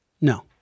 No